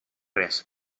res